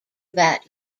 that